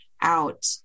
out